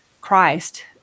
Christ